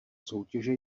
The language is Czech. soutěže